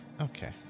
Okay